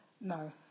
No